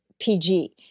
PG